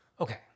okay